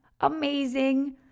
Amazing